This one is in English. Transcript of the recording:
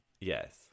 Yes